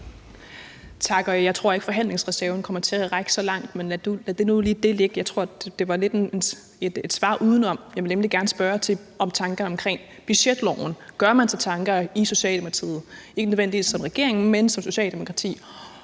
Tak. Jeg tror ikke, forhandlingsreserven kommer til at række så langt, men lad nu det ligge. Jeg tror, at det var lidt et udensomssvar. Jeg vil nemlig gerne spørge til tanker omkring budgetloven. Gør man sig tanker i Socialdemokratiet, ikke nødvendigvis som regering, men i Socialdemokratiet,